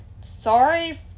Sorry